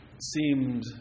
seemed